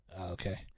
Okay